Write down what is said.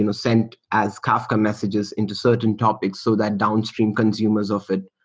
and sent as kafka messages into certain topics so that downstream consumers of it,